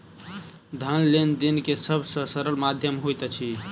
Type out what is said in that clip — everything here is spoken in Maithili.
धन लेन देन के सब से सरल माध्यम होइत अछि